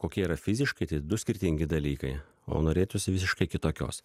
kokia yra fiziškai tai du skirtingi dalykai o norėtųsi visiškai kitokios